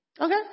Okay